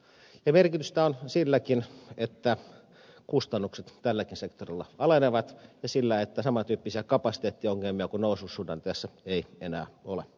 merkitystä on silläkin että kustannukset tälläkin sektorilla alenevat ja sillä että saman tyyppisiä kapasiteettiongelmia kuin noususuhdanteessa ei enää ole